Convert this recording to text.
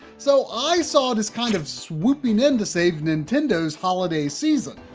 so i saw it as kind of swooping in to save nintendo's holiday season.